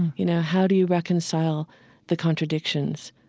you know, how do you reconcile the contradictions?